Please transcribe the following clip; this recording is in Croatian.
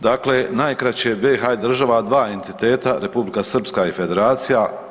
Dakle, najkraće, BiH-a je država dva entiteta, Republika Srpska i Federacija.